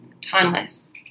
Timeless